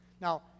Now